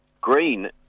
Green